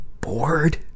bored